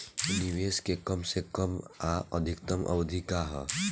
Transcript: निवेश के कम से कम आ अधिकतम अवधि का है?